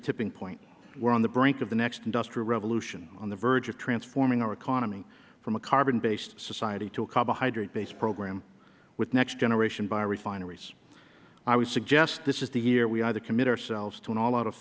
a tipping point we are at the brink of the next industrial revolution on the verge of transforming our economy from a carbon based society to a carbohydrate based program with next generation biorefineries i would suggest this is the year we either commit ourselves to an all out of